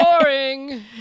Boring